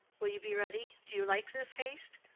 will you be ready? do you like this haste?